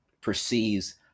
perceives